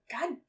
God